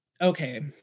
okay